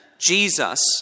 Jesus